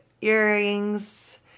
earrings